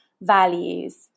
values